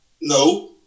No